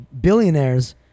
billionaires